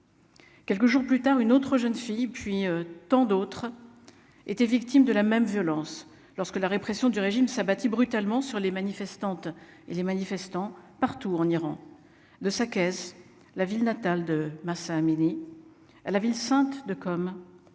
quelques jours plus tard, une autre jeune fille puis tant d'autres étaient victimes de la même violence lorsque la répression du régime s'abattit brutalement sur les manifestantes et les manifestants partout en Iran de sa caisse, la ville natale de Mahsa Amini à la ville sainte de Qom